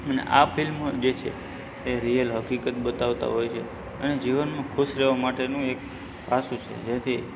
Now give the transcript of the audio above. અને આ ફિલ્મ જે છે એ રિઅલ હકીકત બતાવતા હોય છે અને જીવનમાં ખુશ રહેવા માટેનું એક પાસું છે જેથી